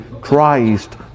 Christ